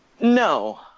no